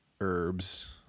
herbs